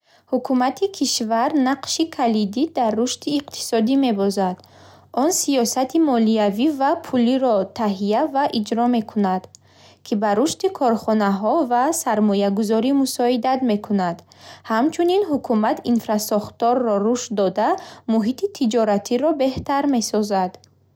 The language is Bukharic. Ҳукумати кишвар нақши калидӣ дар рушди иқтисодӣ мебозад. Он сиёсати молиявӣ ва пулиро таҳия ва иҷро мекунад, ки ба рушди корхонаҳо ва сармоягузорӣ мусоидат мекунад. Ҳамчунин, ҳукумат инфрасохторро рушд дода, муҳити тиҷоратиро беҳтар месозад.